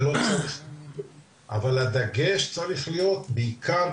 אבל הדגש צריך להיות בעיקר,